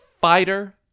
Fighter